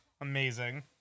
Amazing